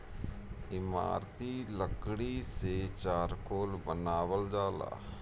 इमारती लकड़ी से चारकोल बनावल जाला